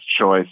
choice